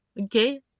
Okay